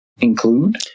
include